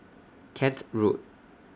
Kent Road